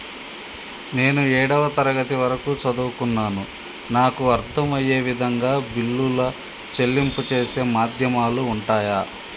నేను ఏడవ తరగతి వరకు చదువుకున్నాను నాకు అర్దం అయ్యే విధంగా బిల్లుల చెల్లింపు చేసే మాధ్యమాలు ఉంటయా?